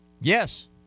Yes